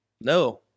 No